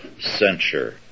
censure